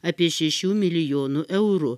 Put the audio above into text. apie šešių milijonų eurų